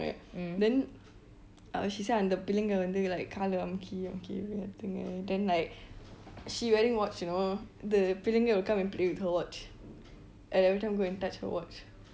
then uh she say அந்த பிள்ளைகள் வந்து:anta pillaikal vantu like காலை அமுக்கி அமுக்கி unk:kaalai amuki amukki unk then like she wearing watch you know the பிள்ளைங்கள்:pillaikal will come and play with her watch and every time go and touch her watch